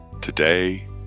today